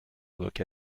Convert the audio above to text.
look